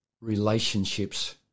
relationships